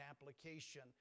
application